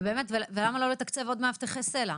ולמה לא לתקצב עוד מאבטחי סל"ע,